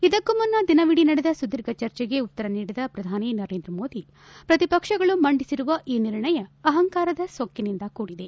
ಇದಕ್ಕೂ ಮುನ್ನ ದಿನವಿಡಿ ನಡೆದ ಸುದೀರ್ಘ ಚರ್ಚೆಗೆ ಉತ್ತರ ನೀಡಿದ ಪ್ರಧಾನಿ ನರೇಂದ್ರ ಮೋದಿ ಪ್ರತಿಪಕ್ಷಗಳು ಮಂಡಿಸಿರುವ ಈ ನಿರ್ಣಯ ಅಹಂಕಾರದ ಸೊಕ್ಷಿನಿಂದ ಕೂಡಿದೆ